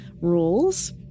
rules